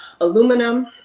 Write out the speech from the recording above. Aluminum